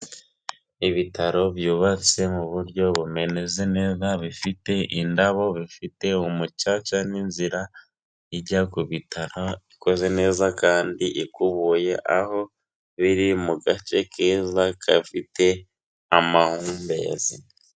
Ibitaro byubatse mu buryo bumeze neza bifite indabo, bifite umucaca n'inzira ijya ku bitaro ikoze neza kandi ikubuye aho biri mu gace keza gafite amahumbezi.